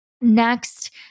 Next